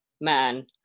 man